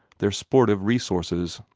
their sportive resources.